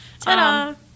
Ta-da